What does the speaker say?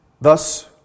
Thus